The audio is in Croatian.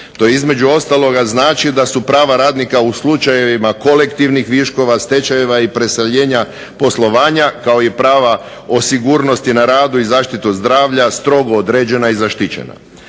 To između ostaloga znači da su prava radnika u slučajevima kolektivnih viškova, stečajeva i preseljenja poslovanja kao i prava o sigurnosti na radu i zaštitu zdravlja strogo određena i zaštićena.